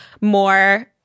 more